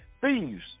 thieves